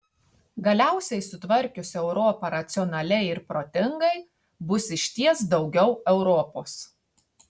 galiausiai sutvarkius europą racionaliai ir protingai bus išties daugiau europos